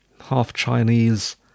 half-Chinese